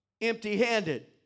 empty-handed